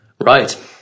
Right